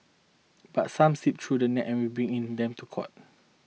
but some slip through the net and we bringing them to court